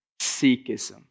Sikhism